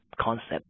concept